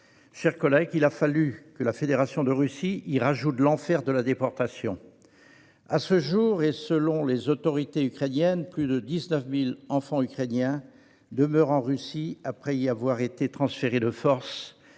chers collègues, il a fallu que la Fédération de Russie y ajoute l'enfer de la déportation ! À ce jour, selon les autorités ukrainiennes, plus de 19 000 enfants ukrainiens demeurent en Russie après y avoir été transférés de force.